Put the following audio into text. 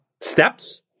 steps